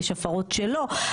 יש הפרות שלא,